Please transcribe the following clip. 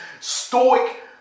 stoic